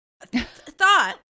Thought